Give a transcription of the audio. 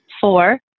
four